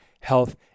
health